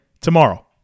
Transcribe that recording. tomorrow